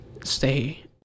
stay